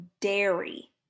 dairy